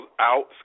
out